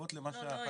אקמו וצנתור.